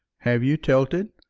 have you tilted,